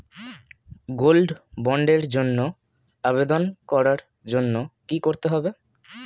Gold বন্ডের জন্য আবেদন করার জন্য কি করতে হবে?